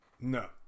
No